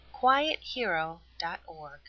quiethero.org